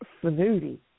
Snooty